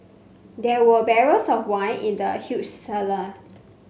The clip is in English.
there were barrels of wine in the huge cellar